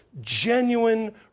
genuine